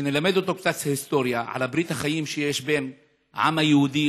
שנלמד אותו קצת היסטוריה על ברית החיים שיש בין העם היהודי